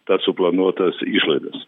tas suplanuotas išlaidas